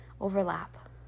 overlap